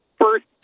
first